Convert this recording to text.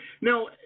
Now